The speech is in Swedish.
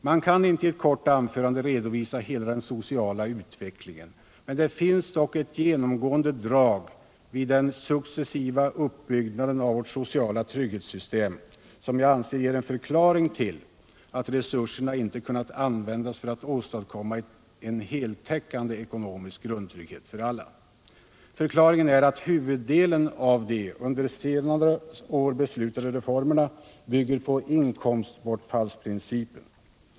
Man kan i ett kort anförande inte redovisa hela den sociala utvecklingen, men det finns dock ett genomgående drag i den successiva uppbyggnaden av vårt sociala trygghetssystem, som jag anser ger en förklaring till att resurserna inte kunnat användas för att åstadkomma en heltäckande ekonomisk grundtrygghet för alla. Förklaringen är att huvuddelen av de under de senaste åren beslutade reformerna bygger på inkomstbortfallsprincipen.